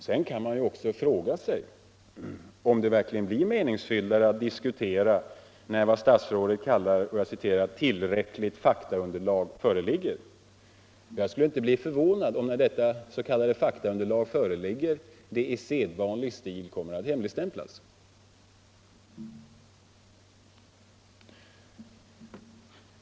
Sedan kan man ju också fråga sig om det verkligen blir meningsfullt att diskutera när vad statsrådet kallar ”tillräckligt faktaunderlag” föreligger. Jag skulle inte bli förvånad om detta s.k. faktaunderlag, när det föreligger, i sedvanlig ordning kommer att hemligstämplas.